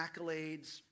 accolades